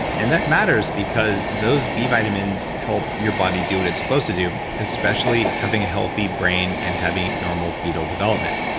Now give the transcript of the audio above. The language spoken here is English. and that matters because those b vitamins help your body do what it's supposed to do, especially having a healthy brain and having normal fetal development.